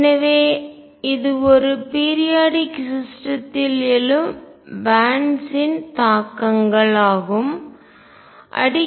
எனவே இது ஒரு பீரியாடிக் சிஸ்டம்த்தில் எழும் பேன்ட்ஸ் இன் பட்டைகள் தாக்கங்கள் உட்பொருளாகும் ஆகும்